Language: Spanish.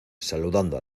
saludando